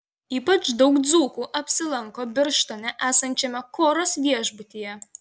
ypač daug dzūkų apsilanko birštone esančiame koros viešbutyje